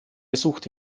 gesucht